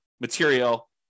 material